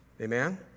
Amen